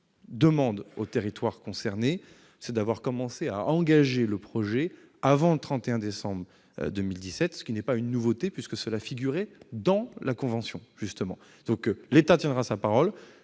demandera aux territoires concernés, c'est d'avoir commencé à engager le projet avant le 31 décembre 2017, ce qui n'est pas une nouveauté puisque cela figure dans la convention. L'État tiendra donc sa parole,